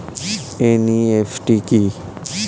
NEFT কি?